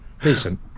Decent